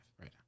right